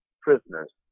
prisoners